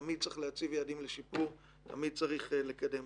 תמיד צריך להציב יעדים לשיפור ותמיד צריך לקדם.